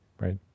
right